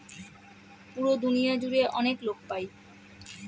পুরো দুনিয়া জুড়ে অনেক লোক পাই